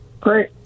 Great